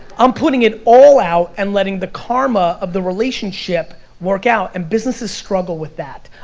i'm putting it all out and letting the karma of the relationship work out, and businesses struggle with that.